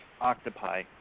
octopi